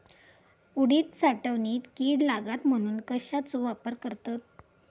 उडीद साठवणीत कीड लागात म्हणून कश्याचो वापर करतत?